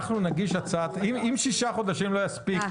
אם שישה חודשים לא יספיקו,